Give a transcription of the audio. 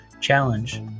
challenge